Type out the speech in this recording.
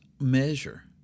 measure